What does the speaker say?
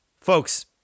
Folks